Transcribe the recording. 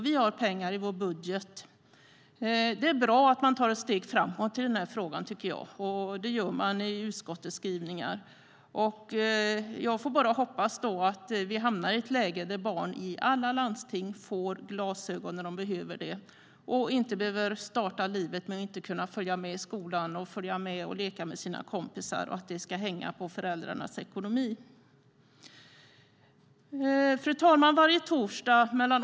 Vi har pengar i vår budget för det. Det är bra att man tar ett steg framåt i den här frågan, tycker jag, och det gör man i utskottets skrivningar. Jag hoppas att vi hamnar i ett läge där barn i alla landsting får glasögon när de behöver det och inte behöver starta livet med att inte kunna följa med i skolan eller leka med sina kompisar på grund av föräldrarnas ekonomi. Fru talman! Varje torsdag kl.